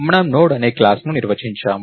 మనము నోడ్ అనే క్లాస్ ని నిర్వచించాము